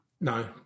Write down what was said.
No